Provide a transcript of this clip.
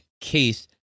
case